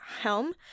Helm